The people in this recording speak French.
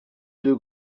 deux